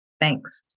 Thanks